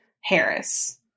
Harris